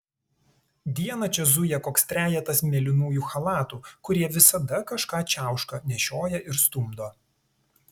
dieną čia zuja koks trejetas mėlynųjų chalatų kurie visada kažką čiauška nešioja ir stumdo